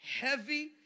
heavy